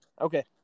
Okay